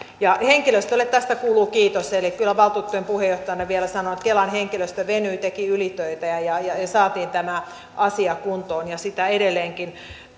henkilöstölle tästä kuuluu kiitos eli kyllä valtuutettujen puheenjohtajana vielä sanon että kelan henkilöstö venyi teki ylitöitä ja ja saatiin tämä asia kuntoon ja sitä edelleenkin